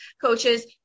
coaches